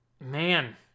man